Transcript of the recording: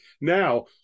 Now